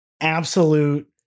absolute